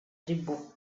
tribù